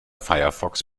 firefox